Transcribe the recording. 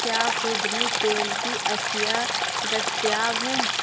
کیا خوردنی تیل کی اشیاء دستیاب ہیں